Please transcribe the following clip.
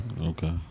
Okay